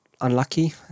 unlucky